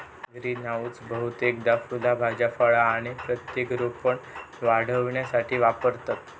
greenhouse बहुतेकदा फुला भाज्यो फळा आणि प्रत्यारोपण वाढविण्यासाठी वापरतत